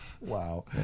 Wow